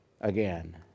again